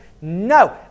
No